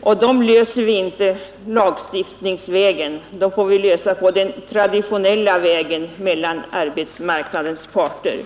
och sådana frågor löser vi inte lagstiftningsvägen, utan dem får vi lösa på den traditionella vägen — mellan arbetsmarknadens parter.